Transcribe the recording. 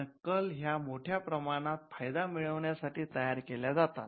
नक्कल ह्या मोठ्या प्रमाणात फायदा मिळवण्या साठी तयार केल्या जातात